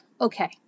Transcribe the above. Okay